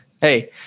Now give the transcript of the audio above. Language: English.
Hey